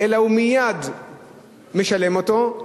אלא הוא מייד משלם אותו,